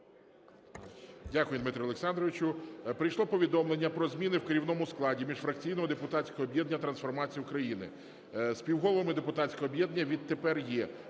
Дякую, Дмитре Олександровичу. Прийшло повідомлення про зміни в керівному складі міжфракційного депутатського об'єднання "Трансформація України". Співголовами депутатського об'єднання відтепер є